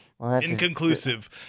Inconclusive